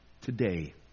Today